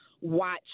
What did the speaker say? watch